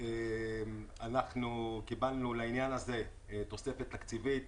לעניין הזה קיבלנו תוספת תקציבית